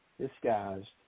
disguised